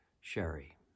Sherry